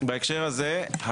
בהקשר הזה,